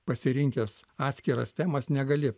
pasirinkęs atskiras temas negali